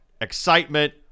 excitement